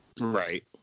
Right